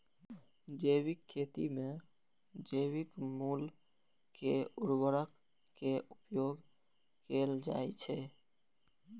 जैविक खेती मे जैविक मूल के उर्वरक के उपयोग कैल जाइ छै